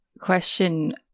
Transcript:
question